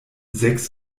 sechs